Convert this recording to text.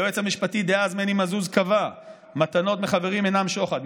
היועץ המשפטי דאז מני מזוז קבע שמתנות מחברים אינן שוחד,